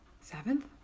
Seventh